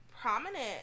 prominent